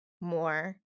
more